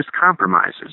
compromises